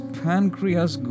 pancreas